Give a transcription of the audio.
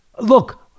Look